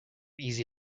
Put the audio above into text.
easy